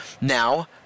Now